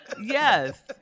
Yes